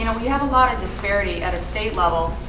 you know we have a lot of disparity at a state level.